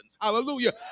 Hallelujah